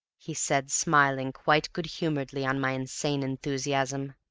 he said, smiling quite good-humoredly on my insane enthusiasm.